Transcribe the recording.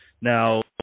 Now